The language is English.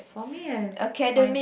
for me I find